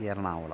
Ernakulam